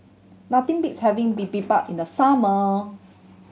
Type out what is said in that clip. nothing beats having Bibimbap in the summer